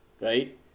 right